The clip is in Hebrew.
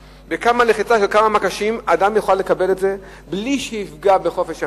שבלחיצה על כמה מקשים אדם יוכל לקבל את זה בלי שיפגע בחופש המידע.